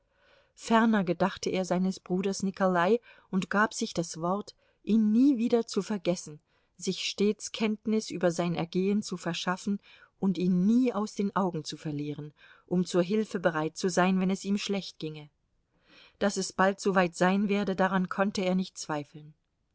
ferner gedachte er seines bruders nikolai und gab sich das wort ihn nie wieder zu vergessen sich stets kenntnis über sein ergehen zu verschaffen und ihn nie aus den augen zu verlieren um zur hilfe bereit zu sein wenn es ihm schlecht ginge daß es bald soweit sein werde daran konnte er nicht zweifeln